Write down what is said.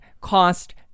cost